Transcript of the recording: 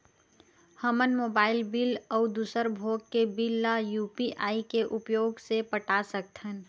हमन mobile bill अउ दूसर भोग के बिल ला यू.पी.आई के उपयोग से पटा सकथन